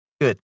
Good